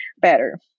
better